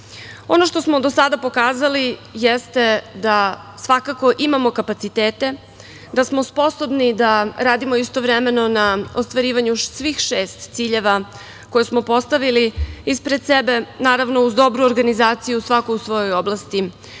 što smo do sada pokazali jeste da svakako imamo kapacitete, da smo sposobni da radimo istovremeno na ostvarivanju svih šest ciljeva koje smo postavili ispred sebe, naravno uz dobru organizaciju svako u svojoj oblasti